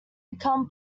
become